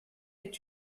est